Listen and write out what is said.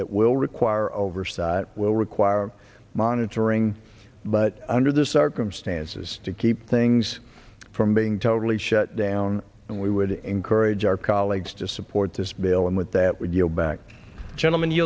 that will require oversight will require monitoring but under the circumstances to keep things from being totally shut down and we would encourage our colleagues to support the bill and with that with your back gentleman